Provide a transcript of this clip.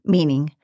Meaning